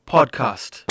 Podcast